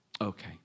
Okay